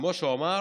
כמו שהוא אמר: